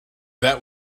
that